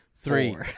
Three